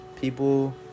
people